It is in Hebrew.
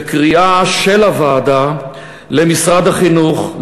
זה קריאה של הוועדה למשרד החינוך,